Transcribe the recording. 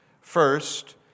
First